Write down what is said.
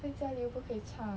在家里又不可以唱